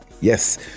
Yes